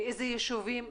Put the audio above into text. באיזה יישובים.